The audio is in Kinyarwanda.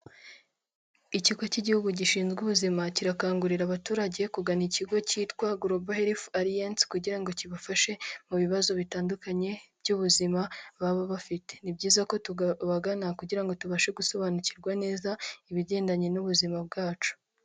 Ikigo cy'igihugu gishinzwe ubuzima, kirakangurira abaturage kugana ikigo cyitwa Global heath Alliance, kugira ngo kibafashe mu bibazo bitandukanye by'ubuzima baba bafite, ni byiza ko tubagana kugira ngo tubashe gusobanukirwa neza, ibigendanye n'ubuzima bwacu.